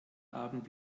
abend